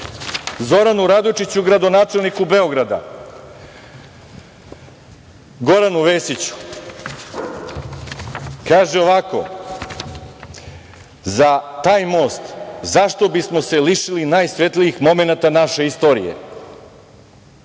Zoranu Radojičiću, gradonačelniku Beograda, Goranu Vesiću? Kaže ovako – za taj most, zašto bismo se lišili najsvetlijih momenata naše istorije?